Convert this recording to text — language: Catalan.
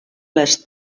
les